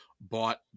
bought